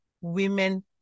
women